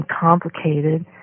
complicated